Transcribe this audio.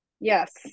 Yes